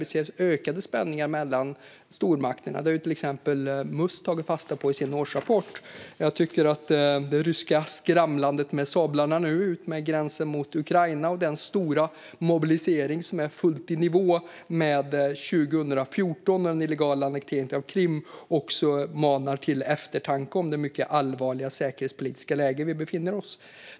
Vi ser ökade spänningar mellan stormakterna; det har till exempel Must tagit fasta på i sin årsrapport. Jag tycker att det ryska skramlandet med sablarna nu utmed gränsen mot Ukraina och den stora mobilisering som är fullt i nivå med 2014 och den illegala annekteringen av Krim manar till eftertanke om det mycket allvarliga säkerhetspolitiska läge vi befinner oss i.